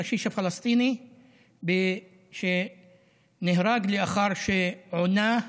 הקשיש הפלסטיני שנהרג לאחר שעונה,